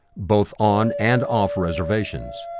both on and off reservations.